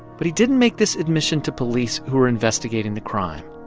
but he didn't make this admission to police who were investigating the crime.